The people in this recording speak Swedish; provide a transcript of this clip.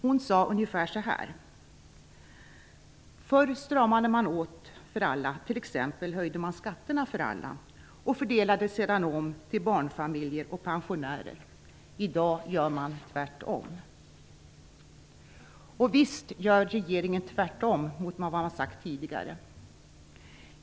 Hon sade ungefär så här: Förr stramade man åt för alla, man höjde t.ex. skatterna för alla och fördelade sedan om till barnfamiljer och pensionärer. I dag gör man tvärtom. Och visst gör regeringen tvärtom mot vad man har sagt tidigare.